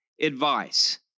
advice